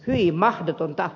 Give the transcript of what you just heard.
hyi mahdotonta